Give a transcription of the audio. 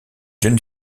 jeune